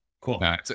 cool